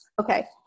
Okay